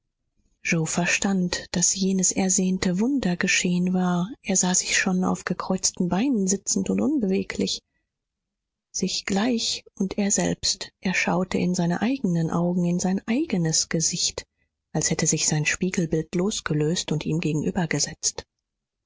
yoe verstand daß jenes ersehnte wunder geschehen war er sah sich schon auf gekreuzten beinen sitzend und unbeweglich sich gleich und er selbst er schaute in seine eigenen augen in sein eigenes gesicht als hätte sich sein spiegelbild losgelöst und ihm